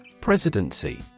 Presidency